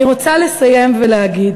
אני רוצה לסיים ולהגיד